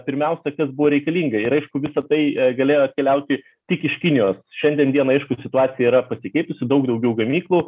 pirmiausia kas buvo reikalinga ir aišku visa tai galėjo atkeliauti tik iš kinijos šiandien dieną aišku situacija yra pasikeitusi daug daugiau gamyklų